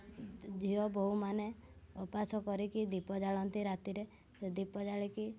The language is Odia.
ଝିଅ ବୋହୂମାନେ ଉପାସ କରିକି ଦ୍ୱୀପ ଜାଳନ୍ତି ରାତିରେ ଦ୍ୱୀପ ଜାଳିକି